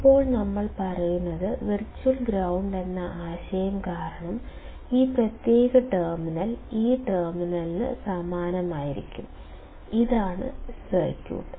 ഇപ്പോൾ നമ്മൾ പറയുന്നത് വിർച്വൽ ഗ്രൌണ്ട് എന്ന ആശയം കാരണം ഈ പ്രത്യേക ടെർമിനൽ ഈ ടെർമിനലിന് സമാനമായിരിക്കും ഇതാണ് സർക്യൂട്ട്